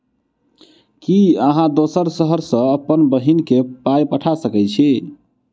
की अहाँ दोसर शहर सँ अप्पन बहिन केँ पाई पठा सकैत छी?